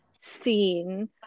seen